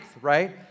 right